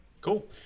Cool